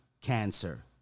cancer